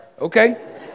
Okay